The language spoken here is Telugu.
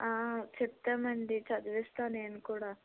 చెప్తామండి చదివిస్తాను నేను కూడా